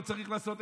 לא צריך לעשות,